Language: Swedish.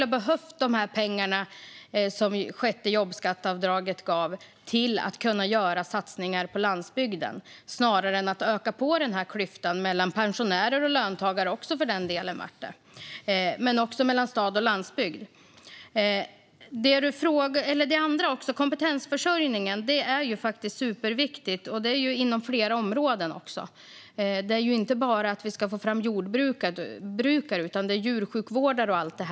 Vi hade behövt pengarna som det sjätte jobbskatteavdraget tog till att göra satsningar på landsbygden snarare än att öka klyftan mellan pensionärer och löntagare och mellan stad och landsbygd. Kompetensförsörjningen är superviktig, inom flera områden. Vi ska inte bara få fram jordbrukare. Det handlar också om djursjukvårdare och allt sådant.